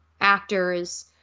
actors